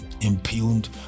impugned